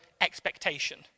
expectation